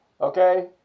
okay